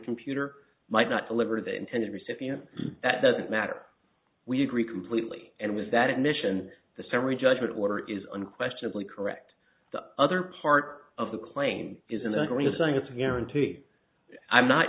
computer might not deliver the intended recipient that doesn't matter we agree completely and was that admission the summary judgment order is unquestionably correct the other part of the claim is in the arena saying it's a guarantee i'm not